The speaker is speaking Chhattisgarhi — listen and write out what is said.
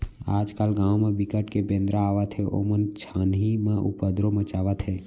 आजकाल गाँव म बिकट के बेंदरा आवत हे ओमन छानही म उपदरो मचावत हे